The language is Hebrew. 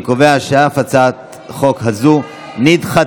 אני קובע שאף הצעת החוק הזאת נדחתה.